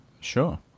sure